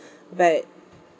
but